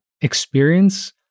experience